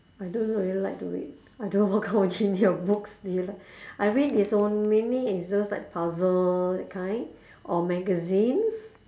I don't really like to read I don't know what kind of of books do you like I read is onl~ mainly is those like puzzles that kind or magazines